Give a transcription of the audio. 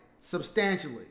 substantially